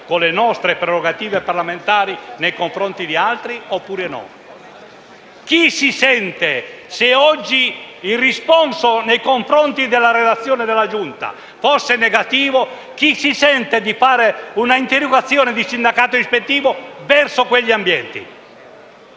con le nostre prerogative parlamentari, nei confronti di altri oppure no? Se oggi il responso nei confronti della relazione della Giunta fosse negativo, chi si sente di presentare un atto di sindacato ispettivo verso quegli ambienti?